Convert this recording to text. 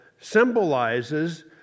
symbolizes